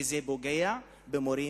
וזה פוגע במורים,